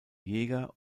jäger